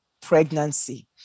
pregnancy